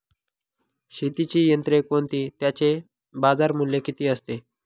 शेतीची यंत्रे कोणती? त्याचे बाजारमूल्य किती असते?